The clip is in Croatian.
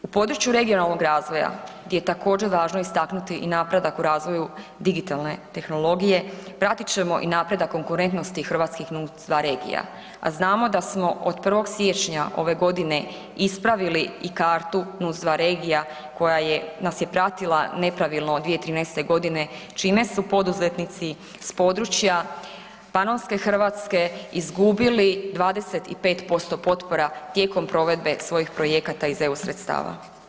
U području regionalnog razvoja gdje je također važno istaknuti i napredak u razvoju digitalne tehnologije pratiti ćemo i napredak konkurentnosti hrvatskih NUTS-2 regija, a znamo da smo od 1. siječnja ove godine ispravili i kartu NUTS-2 regija koja je nas je pratila nepravilno od 2013. godine čime su poduzetnici s područja Panonske Hrvatske izgubili 25% potpora tijekom provedbe svojih projekata iz EU sredstava.